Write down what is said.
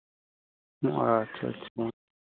अच्छा अच्छा